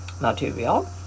material